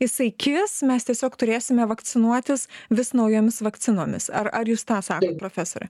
jisai kis mes tiesiog turėsime vakcinuotis vis naujomis vakcinomis ar ar jūs tą sakot profesore